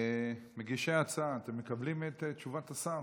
מגישי ההצעה, אתם מקבלים את תשובת השר?